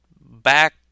back